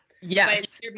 Yes